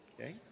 Okay